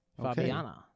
Fabiana